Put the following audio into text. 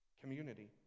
Community